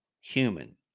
human